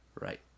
Right